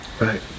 Right